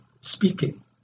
speaking